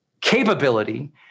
capability